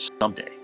someday